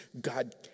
God